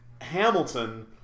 Hamilton